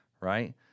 Right